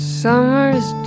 summer's